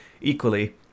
Equally